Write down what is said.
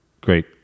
great